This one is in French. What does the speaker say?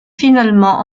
finalement